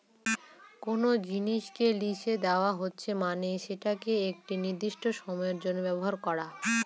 কোনো জিনিসকে লিসে দেওয়া হচ্ছে মানে সেটাকে একটি নির্দিষ্ট সময়ের জন্য ব্যবহার করা